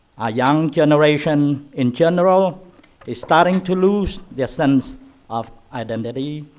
our young generation in general is starting to lose their sense of identity,